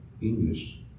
English